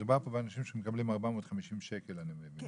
מדובר פה באנשים שמקבלים 450 שקל אני מבין, כן?